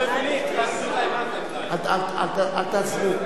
אל תעזרו.